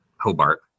Hobart